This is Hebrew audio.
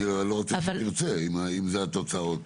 אם זה התוצאות